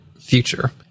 future